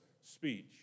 speech